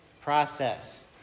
process